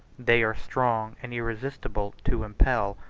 they are strong and irresistible to impel,